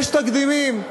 יש תקדימים.